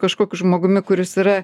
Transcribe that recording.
kažkokiu žmogumi kuris yra